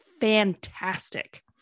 fantastic